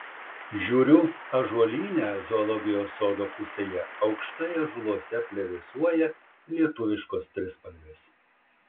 žiūriu ąžuolyne zoologijos sodo pusėje aukštai ąžuoluose plevėsuoja lietuviškos trispalvės